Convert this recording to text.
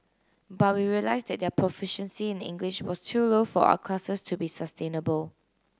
but we realised that their proficiency in English was too low for our classes to be sustainable